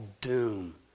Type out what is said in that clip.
doom